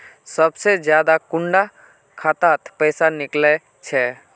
सबसे ज्यादा कुंडा खाता त पैसा निकले छे?